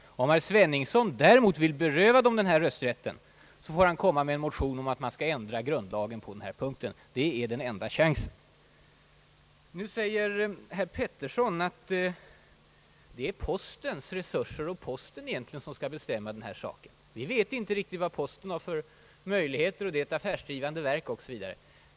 Om herr Sveningsson däremot vill beröva dem denna rösträtt får han motionera om att man skall ändra grundlagen på denna punkt — det är den enda chansen. Nu säger herr Pettersson att det egentligen är postverket och dess resurser som skall bestämma det här. Vi kan inte veta vilka möjligheter postverket har, det är ett affärsdrivande verk o.s.v.